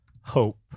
hope